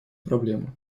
проблемы